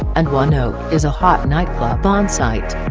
and one oak is a hot nightclub on-site.